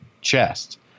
chest